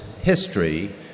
history